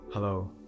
Hello